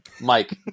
Mike